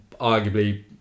Arguably